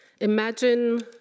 Imagine